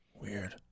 Weird